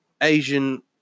Asian